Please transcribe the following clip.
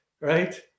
right